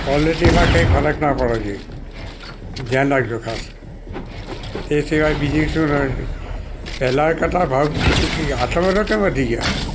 કોલેટીમાં કંઈ ફરક ન પડવો જોઈ ધ્યાન રાખજો ખાસ તે સિવાય બીજી શું પહેલાં કરતાં ભાવ કોકી આટલા બધા કેમ વધી ગયા છે